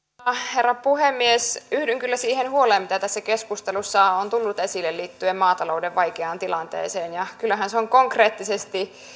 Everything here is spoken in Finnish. herra puhemies yhdyn kyllä siihen huoleen mitä tässä keskustelussa on tullut esille liittyen maatalouden vaikeaan tilanteeseen kyllähän se on konkreettisesti